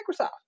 Microsoft